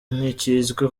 ntikizwi